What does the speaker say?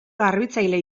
garbitzaile